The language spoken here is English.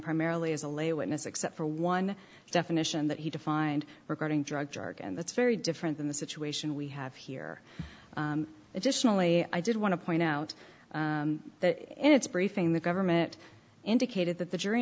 primarily as a lay witness except for one definition that he defined regarding drug charge and that's very different than the situation we have here efficiently i did want to point out that in its briefing the government indicated that the jury